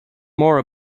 more